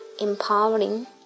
empowering